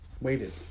waited